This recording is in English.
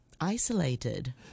isolated